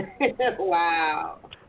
Wow